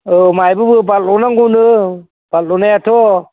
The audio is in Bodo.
औ माइबो बारल'नांगौनो बारल'नायाथ'